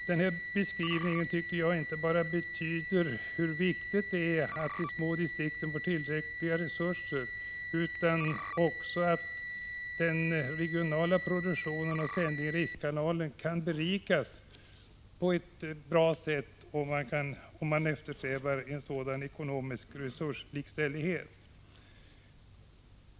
Denna beskrivning visar inte bara hur viktigt det är att de små distrikten får tillräckliga resurser utan också att den regionala produktionen och sändningen i rikskanalen kan berikas på ett bra sätt om man eftersträvar en sådan ekonomisk resurslikställighet.